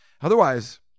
Otherwise